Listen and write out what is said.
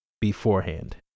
Beforehand